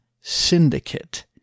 syndicate